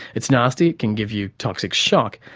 it's nasty, it can give you toxic shock.